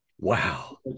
Wow